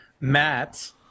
matt